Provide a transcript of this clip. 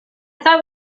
thought